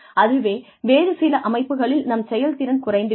அதுவே வேறு சில அமைப்புகளில் நம் செயல்திறன் குறைந்து விடும்